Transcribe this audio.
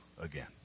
again